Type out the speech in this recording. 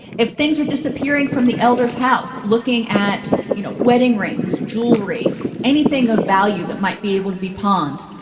if things are disappearing from the elders house looking at you know wedding rings jewelry anything of value that might be able to be pawned